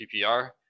PPR